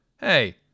Hey